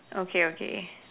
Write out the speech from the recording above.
okay okay